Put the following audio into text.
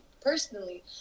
personally